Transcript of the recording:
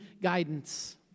guidance